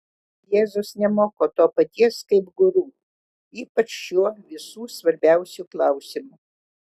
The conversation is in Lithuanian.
jėzus nemoko to paties kaip guru ypač šiuo visų svarbiausiu klausimu